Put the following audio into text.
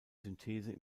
synthese